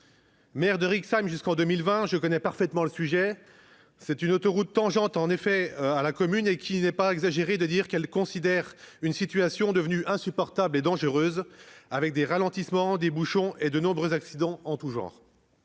Maire de Rixheim jusqu'en 2020, je connais parfaitement le sujet, puisque cette autoroute est tangente à ma commune, et il n'est pas exagéré de dire que la situation est devenue insupportable et dangereuse, avec des ralentissements, des bouchons et de nombreux accidents en tout genre.